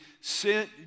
sent